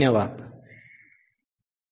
अलविदा